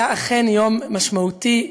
היה אכן יום משמעותי,